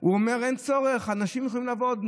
הוא אומר, אין צורך, אנשים יכולים לעבוד.